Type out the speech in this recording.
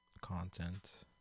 content